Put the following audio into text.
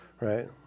right